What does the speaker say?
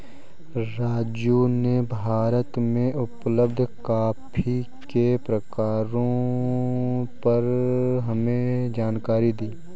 राजू ने भारत में उपलब्ध कॉफी के प्रकारों पर हमें जानकारी दी